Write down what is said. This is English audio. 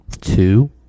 two